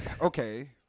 Okay